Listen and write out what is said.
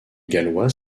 gallois